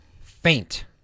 faint